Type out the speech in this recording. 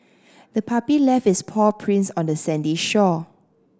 the puppy left its paw prints on the sandy shore